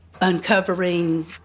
uncovering